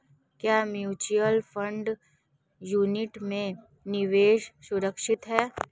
क्या mutual fund unit में निवेश सुरक्षित है?